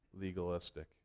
legalistic